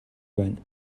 байна